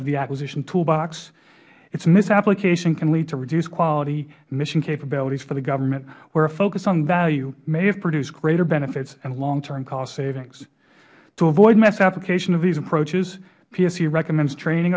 of the acquisition tool box its misapplication can lead to reduced quality in mission capabilities for the government where a focus on value may have produced greater benefits and long term cost savings to avoid misapplication of these approaches psc recommends training